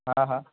હા હા